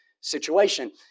situation